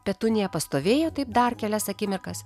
petunija pastovėjo taip dar kelias akimirkas